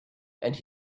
and